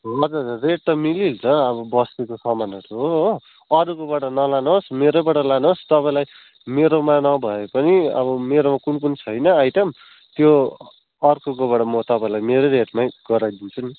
हजुर हजुर रेट त मिलिहाल्छ अब बस्तीको सामानहरू हो अरूकोबाट नलानुहोस् मेरैबाट लानुहोस् तपाईँलाई मेरोमा नभए पनि अब मेरोमा कुन कुन छैन आइटम त्यो अर्कोकोबाट म तपाईँलाई मेरै रेटमै गराइदिन्छु नि